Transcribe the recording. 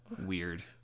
Weird